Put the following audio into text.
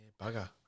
Bugger